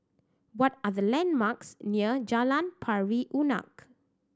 what are the landmarks near Jalan Pari Unak